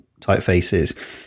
typefaces